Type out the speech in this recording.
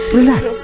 Relax